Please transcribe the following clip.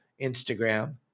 Instagram